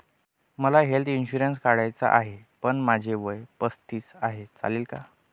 मला health insurance काढायचा आहे पण माझे वय पस्तीस आहे, चालेल का?